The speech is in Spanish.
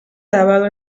grabado